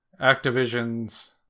Activision's